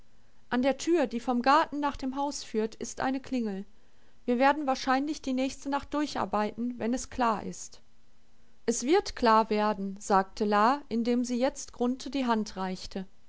an der tür die vom garten nach dem haus führt ist eine klingel wir werden wahrscheinlich die nächste nacht durcharbeiten wenn es klar ist es wird klar werden sagte la indem sie jetzt grunthe die hand reichte